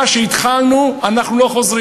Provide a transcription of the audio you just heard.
מה שהתחלנו, אנחנו לא חוזרים.